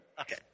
Okay